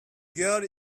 girl